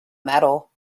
metal